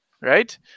right